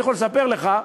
אני יכול לספר לך,